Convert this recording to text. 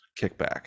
kickback